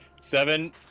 Seven